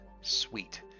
Sweet